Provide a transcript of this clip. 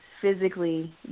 physically